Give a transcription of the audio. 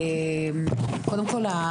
קודם כל,